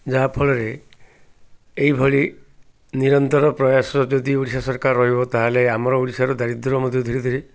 ଯାହାଫଳରେ ଏହିଭଳି ନିରନ୍ତର ପ୍ରୟାସ ଯଦି ଓଡ଼ିଶା ସରକାର ରହିବ ତା'ହେଲେ ଆମର ଓଡ଼ିଶାର ଦାରିଦ୍ର୍ୟ ମଧ୍ୟ ଧୀରେ ଧୀରେ